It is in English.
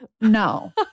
No